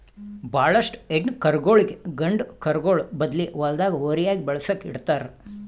ಭಾಳೋಷ್ಟು ಹೆಣ್ಣ್ ಕರುಗೋಳಿಗ್ ಗಂಡ ಕರುಗೋಳ್ ಬದ್ಲಿ ಹೊಲ್ದಾಗ ಹೋರಿಯಾಗಿ ಬೆಳಸುಕ್ ಇಡ್ತಾರ್